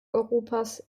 europas